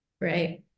Right